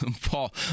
Paul